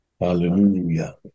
Hallelujah